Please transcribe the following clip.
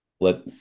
Let